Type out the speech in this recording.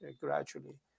gradually